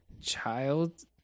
Child